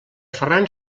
ferran